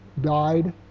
died